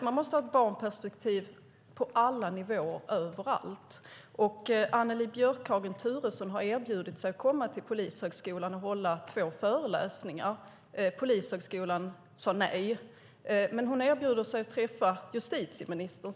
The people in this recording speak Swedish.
Man måste ha ett barnperspektiv på alla nivåer överallt. Annelie Björkhagen Turesson erbjöd sig att komma till Polishögskolan och hålla två föreläsningar, men Polishögskolan sade nej. Hon har även erbjudit sig att träffa justitieministern.